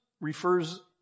refers